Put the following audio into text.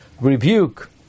rebuke